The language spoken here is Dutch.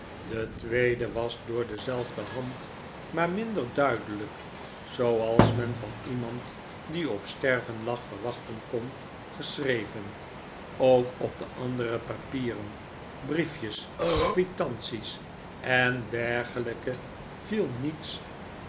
de tweede was door dezelfde hand maar minder duidelijk zooals men van iemand die op sterven lag verwachten kon geschreven ook op de andere papieren briefjes quitanties en dergelijke viel niets